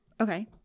Okay